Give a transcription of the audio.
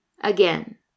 again